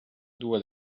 due